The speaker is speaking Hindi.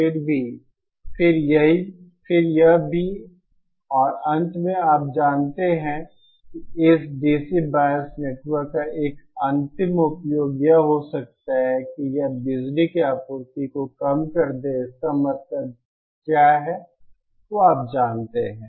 फिर यह भी और अंत में आप जानते हैं कि इस DC बायस नेटवर्क का एक अंतिम उपयोग यह हो सकता है कि यह बिजली की आपूर्ति को कम कर दे इसका मतलब क्या है वह आप जानते हैं